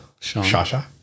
Shasha